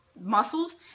muscles